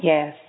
Yes